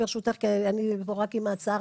בהתאם לשיעור עליית המדד.